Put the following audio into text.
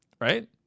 Right